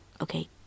okay